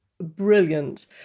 brilliant